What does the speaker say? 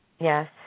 Yes